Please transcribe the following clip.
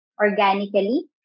organically